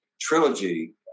trilogy